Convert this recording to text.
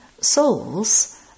Souls